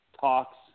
talks